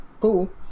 Cool